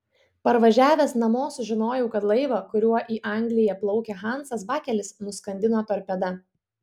parvažiavęs namo sužinojau kad laivą kuriuo į angliją plaukė hansas bakelis nuskandino torpeda